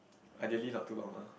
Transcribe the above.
ideally not too long lah